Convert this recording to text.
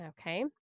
Okay